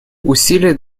усилия